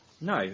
No